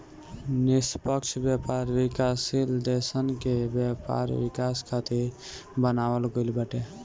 निष्पक्ष व्यापार विकासशील देसन के व्यापार विकास खातिर बनावल गईल बाटे